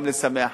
גם לשמח אנשים,